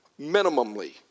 minimally